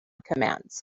commands